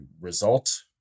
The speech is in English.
result